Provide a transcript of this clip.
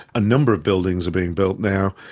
a number of buildings are being built now,